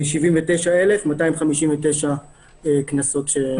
579,259 קנסות.